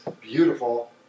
beautiful